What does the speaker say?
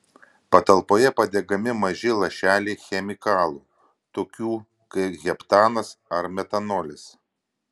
patalpoje padegami maži lašeliai chemikalų tokių kaip heptanas ar metanolis